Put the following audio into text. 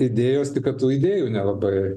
idėjos tik kad tų idėjų nelabai